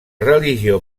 religió